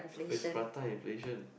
is prata inflection